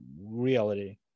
reality